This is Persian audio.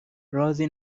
رازی